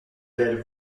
belles